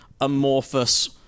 amorphous